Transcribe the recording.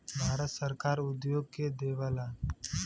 भारत सरकार उद्योग के देवऽला